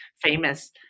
famous